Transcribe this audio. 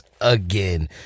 again